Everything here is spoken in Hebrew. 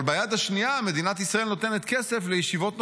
אבל ביד השנייה מדינת ישראל נותנת כסף לישיבות נושרים.